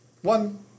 one